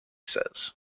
says